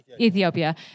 Ethiopia